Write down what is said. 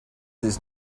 his